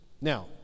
Now